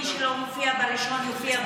מי שלא מופיע בראשון מופיע בשני?